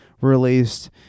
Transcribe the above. released